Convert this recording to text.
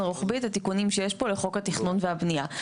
רוחבי את התיקונים שיש פה לחוק התכנון והבנייה.